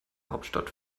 hauptstadt